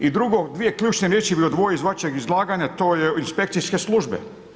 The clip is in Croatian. I drugo dvije ključne riječi bi odvojio iz vašeg izlaganja, to je inspekcijske službe.